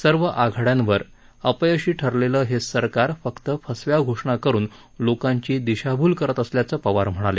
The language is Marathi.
सर्व आघाड्यांवर अपयशी असलेलं हे सरकार फक्त फसव्या घोषणा करुन लोकांची दिशाभूल करत असल्याचं पवार म्हणाले